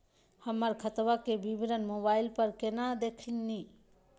हमर खतवा के विवरण मोबाईल पर केना देखिन?